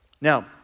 Now